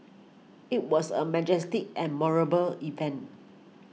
it was a majestic and moral ball event